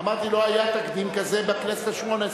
אמרתי שלא היה תקדים כזה בכנסת השמונה-עשרה,